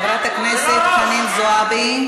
חברת הכנסת חנין זועבי.